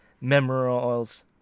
Memorials